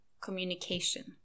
communication